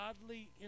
godly